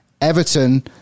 Everton